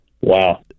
Wow